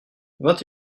vingt